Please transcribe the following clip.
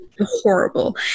horrible